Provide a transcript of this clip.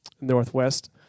Northwest